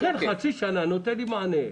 לכן חצי שנה נותן לי מענה.